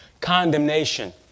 condemnation